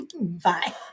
Bye